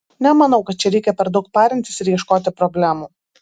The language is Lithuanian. nemanau kad čia reikia per daug parintis ir ieškoti problemų